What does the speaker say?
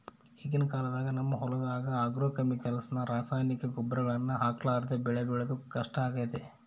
ಈಗಿನ ಕಾಲದಾಗ ನಮ್ಮ ಹೊಲದಗ ಆಗ್ರೋಕೆಮಿಕಲ್ಸ್ ನ ರಾಸಾಯನಿಕ ಗೊಬ್ಬರಗಳನ್ನ ಹಾಕರ್ಲಾದೆ ಬೆಳೆ ಬೆಳೆದು ಕಷ್ಟಾಗೆತೆ